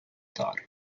star